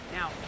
Now